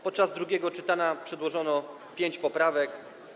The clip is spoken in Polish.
Podczas drugiego czytania przedłożono pięć poprawek.